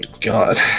God